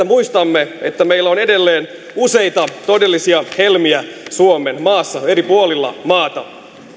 muistamme että meillä on edelleen useita todellisia helmiä suomenmaassa eri puolilla maata